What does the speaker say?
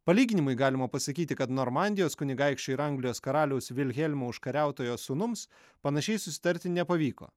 palyginimui galima pasakyti kad normandijos kunigaikščio ir anglijos karaliaus vilhelmo užkariautojo sūnums panašiai susitarti nepavyko